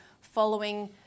following